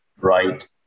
right